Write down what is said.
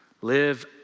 Live